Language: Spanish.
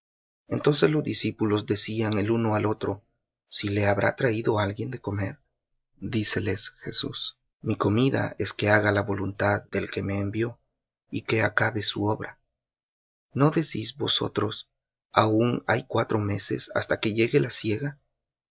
entonces los discípulos decían el uno al otro si le habrá traído alguien de comer díceles jesús mi comida es que haga la voluntad del que me envió y que acabe su obra no decís vosotros aun hay cuatro meses hasta que llegue la siega